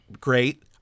great